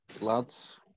lads